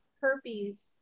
herpes